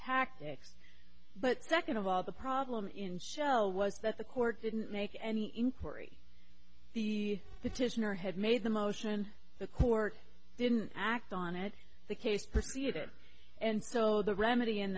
tactics but second of all the problem in shell was that the court didn't make any inquiry the petitioner had made the motion the court didn't act on it the case proceed it and so the remedy in